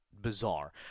bizarre